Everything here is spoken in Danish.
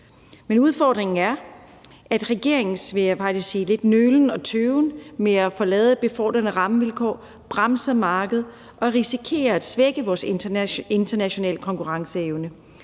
Men udfordringen er, at regeringens lidt nølen og tøven, vil jeg faktisk sige, med at få lavet befordrende rammevilkår, bremser markedet og risikerer at svække vores internationale konkurrenceevne.